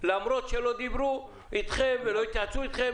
למרות שלא דיברו אתכם ולא התייעצו אתכם?